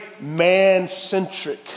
man-centric